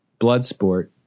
Bloodsport